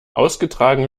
ausgetragen